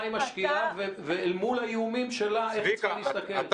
מה היא משקיעה ואל מול האיומים שלה איך צה"ל יסתכל.